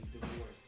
divorce